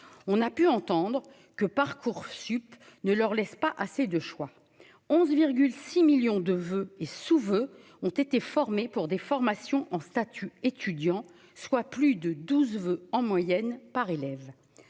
on a pu entendre que Parcoursup ne leur laisse pas assez de choix 11 6 millions de voeux et sous-voeux ont été formés pour des formations en statut étudiant, soit plus de 12 veut en moyenne par élève,